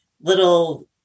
little